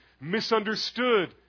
misunderstood